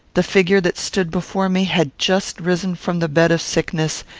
the figure that stood before me had just risen from the bed of sickness,